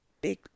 big